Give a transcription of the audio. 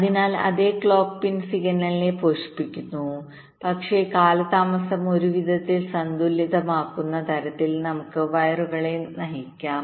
അതിനാൽ അതേ clock pin സിഗ്നലിനെ പോഷിപ്പിക്കുന്നു പക്ഷേ കാലതാമസം ഒരു വിധത്തിൽ സന്തുലിതമാകുന്ന തരത്തിൽ നമുക്ക് വയറുകളെ നയിക്കാം